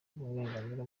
burenganzira